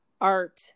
art